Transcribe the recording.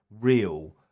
real